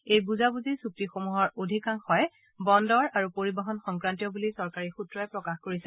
এই বুজাবুজি চুক্তিসমূহৰ অধিকাংশই বন্দৰ আৰু পৰিবহণ সংক্ৰান্তীয় বুলি চৰকাৰী সূত্ৰই প্ৰকাশ কৰিছে